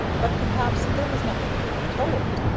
but perhaps there was nothing more to be told.